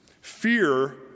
Fear